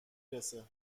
رسه